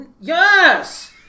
Yes